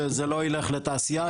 שזה לא ילך לתעשייה.